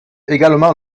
également